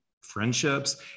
friendships